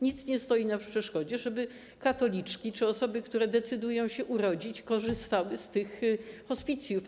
Nic nie stoi na przeszkodzie, żeby katoliczki czy osoby, które decydują się urodzić, korzystały z tych hospicjów.